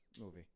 movie